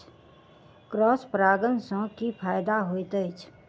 Cross परागण सँ की फायदा हएत अछि?